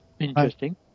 interesting